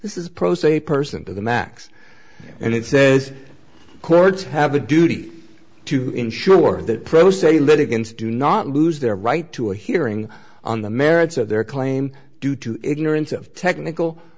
this is pro se person to the max and it says courts have a duty to ensure that pro se litigants do not lose their right to a hearing on the merits of their claim due to ignorance of technical